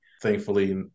Thankfully